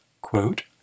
quote